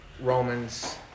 Romans